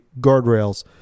guardrails